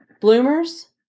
bloomers